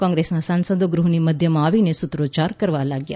કોંગ્રેસના સાંસદો ગૃહની મધ્યમાં આવીને સૂત્રોચ્યાર કરવા લાગ્યા